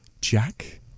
Jack